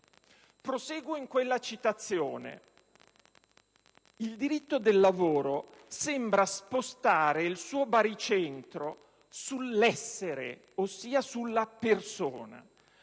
Proseguo in quella citazione: «Il diritto al lavoro sembra spostare il suo baricentro sull'essere, ossia sulla persona.